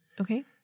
Okay